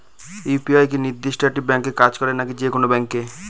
UPI কি নির্দিষ্ট একটি ব্যাংকে কাজ করে নাকি যে কোনো ব্যাংকে?